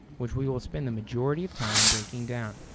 which we will spend the majority of time breaking down.